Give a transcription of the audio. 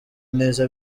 neza